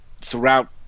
throughout